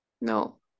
no